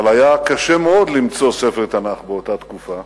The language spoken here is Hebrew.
אבל היה קשה מאוד למצוא ספר תנ"ך באותה תקופה